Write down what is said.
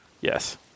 Yes